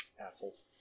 Assholes